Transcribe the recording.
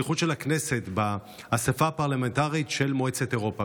שליחות של הכנסת לאספה הפרלמנטרית של מועצת אירופה.